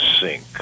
sink